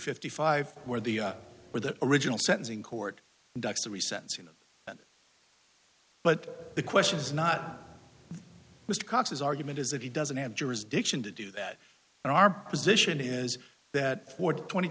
fifty five where the where the original sentencing court ducks three cents you know but the question is not mr cox his argument is that he doesn't have jurisdiction to do that and our position is that for twenty